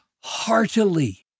heartily